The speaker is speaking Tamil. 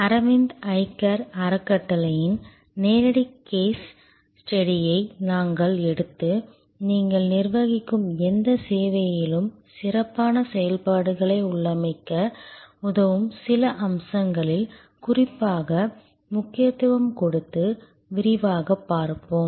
அரவிந்த் ஐ கேர் அறக்கட்டளையின் நேரடி கேஸ் ஸ்டடியை நாங்கள் எடுத்து நீங்கள் நிர்வகிக்கும் எந்தச் சேவையிலும் சிறப்பான செயல்பாடுகளை உள்ளமைக்க உதவும் சில அம்சங்களில் குறிப்பாக முக்கியத்துவம் கொடுத்து விரிவாகப் பார்ப்போம்